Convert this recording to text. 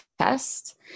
test